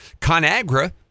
ConAgra